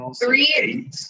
Three